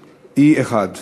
ו-2712: הפגנת אלפים,